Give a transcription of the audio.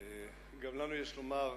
גם לנו יש הרבה לומר